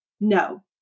No